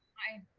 aye,